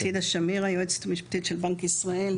טידה שמיר היועצת המשפטית של בנק ישראל.